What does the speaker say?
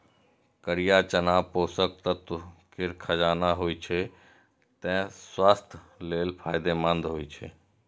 करिया चना पोषक तत्व केर खजाना होइ छै, तें स्वास्थ्य लेल फायदेमंद होइ छै